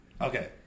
Okay